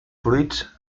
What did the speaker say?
fruits